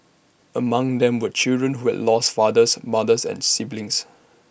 among them were children who had lost fathers mothers and siblings